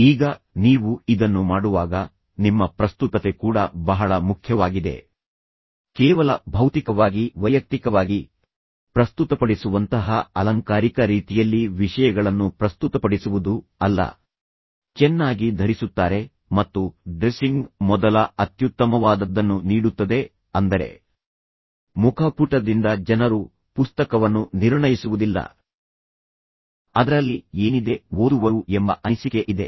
ಈಗ ನೀವು ಇದನ್ನು ಮಾಡುವಾಗ ನಿಮ್ಮ ಪ್ರಸ್ತುತತೆ ಕೂಡ ಬಹಳ ಮುಖ್ಯವಾಗಿದೆ ಕೇವಲ ಭೌತಿಕವಾಗಿ ವೈಯಕ್ತಿಕವಾಗಿ ಪ್ರಸ್ತುತಪಡಿಸುವಂತಹ ಅಲಂಕಾರಿಕ ರೀತಿಯಲ್ಲಿ ವಿಷಯಗಳನ್ನು ಪ್ರಸ್ತುತಪಡಿಸುವುದು ಅಲ್ಲ ಚೆನ್ನಾಗಿ ಧರಿಸುತ್ತಾರೆ ಮತ್ತು ಡ್ರೆಸ್ಸಿಂಗ್ ಮೊದಲ ಅತ್ಯುತ್ತಮವಾದದ್ದನ್ನು ನೀಡುತ್ತದೆ ಅಂದರೆ ಮುಖಪುಟದಿಂದ ಜನರು ಪುಸ್ತಕವನ್ನು ನಿರ್ಣಯಿಸುವುದಿಲ್ಲ ಅದರಲ್ಲಿ ಏನಿದೆ ಓದುವರು ಎಂಬ ಅನಿಸಿಕೆ ಇದೆ